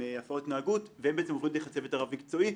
הפרעות התנהגות הם בעצם עוברים דרך הצוות הרב מקצועי.